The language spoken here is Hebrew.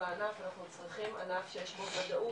לענף אנחנו צריכים ענף שיש בו ודאות